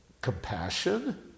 compassion